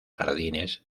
jardines